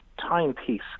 timepiece